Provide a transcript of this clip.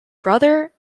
brother